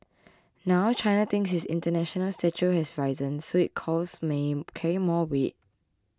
now China thinks its international stature has risen so its calls may carry more weight